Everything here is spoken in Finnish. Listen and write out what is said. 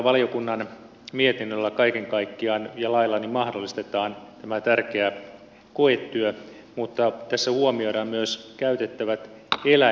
valiokunnan mietinnöllä ja lailla kaiken kaikkiaan mahdollistetaan tämä tärkeä koetyö mutta tässä huomioidaan myös käytettävät eläimet